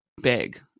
big